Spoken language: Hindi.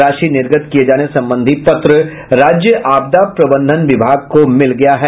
राशि निर्गत किये जाने संबंधी पत्र राज्य आपदा प्रबंध विभाग को मिल गया है